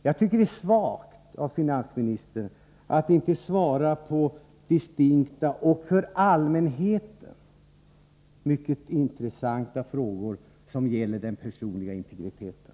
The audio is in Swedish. Jag tycker att det är svagt av finansministern att inte svara på distinkta och för allmänheten mycket intressanta frågor, som gäller den personliga integriteten.